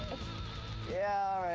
yeah, all right,